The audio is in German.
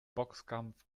boxkampf